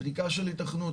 בדיקה של ייתכנות,